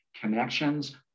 connections